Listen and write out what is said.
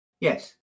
Yes